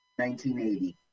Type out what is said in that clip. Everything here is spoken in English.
1980